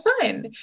fun